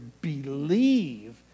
Believe